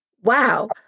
Wow